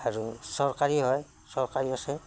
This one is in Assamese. আৰু চৰকাৰী হয় চৰকাৰীও আছে